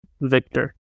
victor